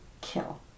kill